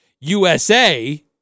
USA